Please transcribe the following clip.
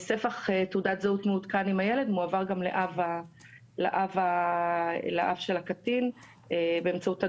ספח תעודת זהות מעודכן עם הילד מועבר גם לאב של הקטין באמצעות הדואר.